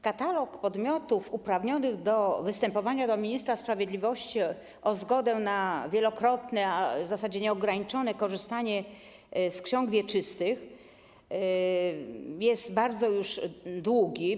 Katalog podmiotów uprawnionych do występowania do ministra sprawiedliwości o zgodę na wielokrotne, a w zasadzie nieograniczone korzystanie z ksiąg wieczystych jest bardzo długi.